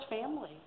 family